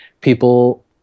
people